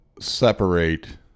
separate